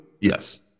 Yes